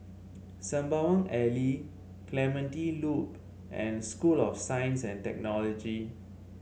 Sembawang Alley Clementi Loop and School of Science and Technology